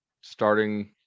starting